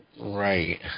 Right